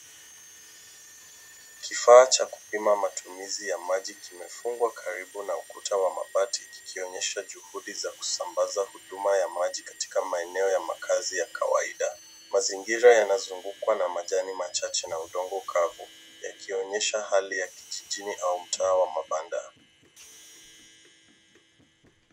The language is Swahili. Kifaa cha kupima matumizi ya maji kimefungwa karibu na ukuta wa mabati kikionyesha juhudi za kusambaza huduma ya maji katika maeneo ya makaazi ya kawaida. Mazingira yanazungukwa na majani machache na udongo kavu, yakionyesha hali ya kijijini au mtaa wa mabanda.